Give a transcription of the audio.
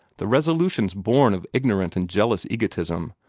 the resolutions born of ignorant and jealous egotism,